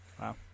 Wow